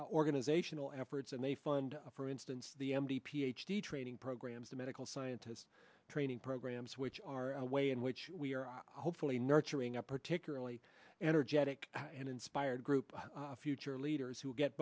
organizational efforts and they fund for instance the mt ph d training programs the medical sciences training programs which are a way in which we are hopefully nurturing a particularly energetic and inspired group of future leaders who get